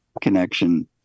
connection